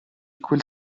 quel